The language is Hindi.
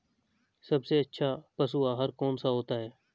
सबसे अच्छा पशु आहार कौन सा होता है?